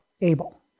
able